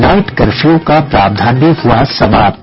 night curfew का प्रावधान भी हुआ समाप्त